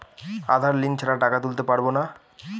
আধার link ছাড়া টাকা তুলতে পারব না?